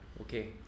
okay